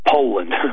Poland